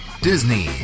Disney